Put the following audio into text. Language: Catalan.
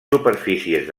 superfícies